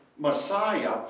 Messiah